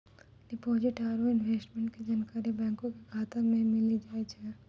deposit आरू investment के जानकारी बैंको के शाखा मे मिली जाय छै